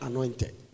Anointed